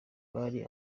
biri